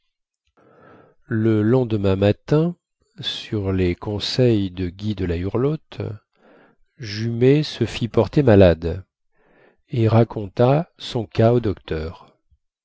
le lendemain matin sur les conseils de guy de la hurlotte jumet se fit porter malade et raconta son cas au docteur